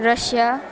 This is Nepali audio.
रसिया